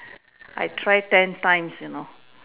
I try ten times you know